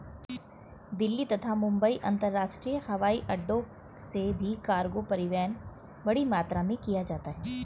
दिल्ली तथा मुंबई अंतरराष्ट्रीय हवाईअड्डो से भी कार्गो परिवहन बड़ी मात्रा में किया जाता है